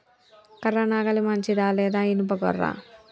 కర్ర నాగలి మంచిదా లేదా? ఇనుప గొర్ర?